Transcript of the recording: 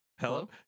Hello